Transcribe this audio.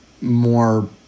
more